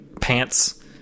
pants